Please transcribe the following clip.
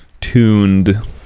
tuned